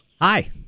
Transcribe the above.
Hi